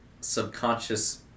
subconscious